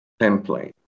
template